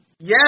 Yes